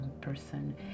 person